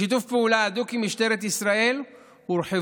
בשיתוף פעולה הדוק עם משטרת ישראל הורחבו